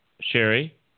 Sherry